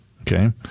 okay